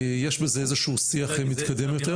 יש בזה איזשהו שיח מתקדם יותר.